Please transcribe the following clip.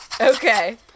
Okay